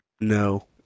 No